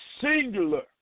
singular